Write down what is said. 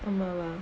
அம்மாவா:ammaavaa